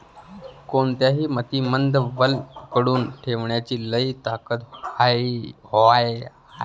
कोनत्या मातीमंदी वल पकडून ठेवण्याची लई ताकद हाये?